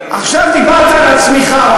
עכשיו דיברת על הצמיחה,